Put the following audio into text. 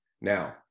Now